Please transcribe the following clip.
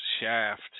Shaft